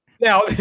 Now